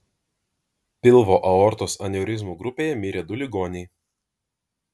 pilvo aortos aneurizmų grupėje mirė du ligoniai